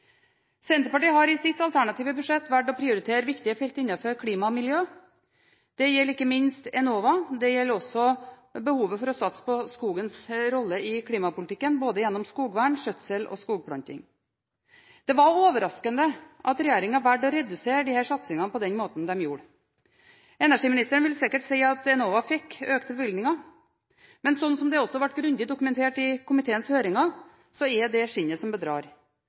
Senterpartiet har i sitt alternative budsjett valgt å prioritere viktige felt innenfor klima og miljø. Det gjelder ikke minst Enova. Det gjelder også behovet for å satse på skogens rolle i klimapolitikken, gjennom både skogvern, skjøtsel og skogplanting. Det var overraskende at regjeringen valgte å redusere disse satsingene på den måten den gjorde. Energiministeren vil sikkert si at Enova fikk økte bevilgninger, men skinnet bedrar – slik det også ble grundig dokumentert i komiteens høringer.